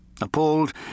Appalled